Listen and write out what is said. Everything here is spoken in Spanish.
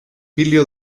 píleo